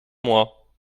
moi